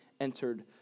entered